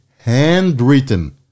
handwritten